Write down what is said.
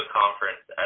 conference